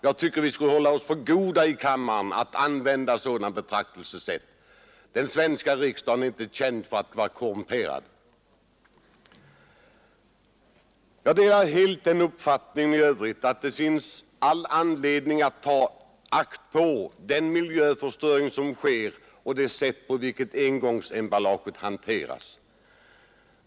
Jag tycker vi skall hålla oss för goda i kammaren för att använda sådana betraktelsesätt. Den svenska riksdagen är inte känd för att vara korrumperad. Jag delar för övrigt uppfattningen att det finns all anledning att ge akt på den miljöförstöring som sker och det sätt på vilket engångsemballaget hanteras.